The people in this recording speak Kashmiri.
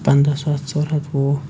پنٛداہ ساس ژور ہَتھ وُہ